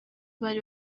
bari